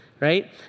Right